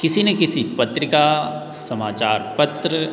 किसी न किसी पत्रिका समाचार पत्र